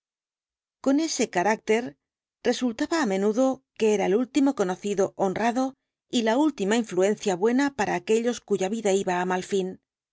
con ese carácter resultaba á menudo que era el último conocido honrado y la última influencia buena para aquellos cuya vida iba á mal fin